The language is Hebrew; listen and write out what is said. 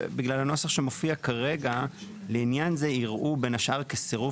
בגלל הנוסח שמופיע כרגע "לעניין זה יראו בין השאר כסירוב